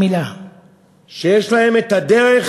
שיש להם את הדרך